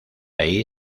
ahí